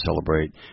celebrate